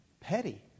petty